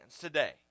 today